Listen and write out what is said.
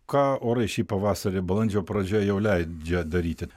ką orai šį pavasarį balandžio pradžioje jau leidžia daryti